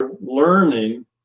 learning